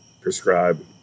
prescribe